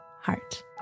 heart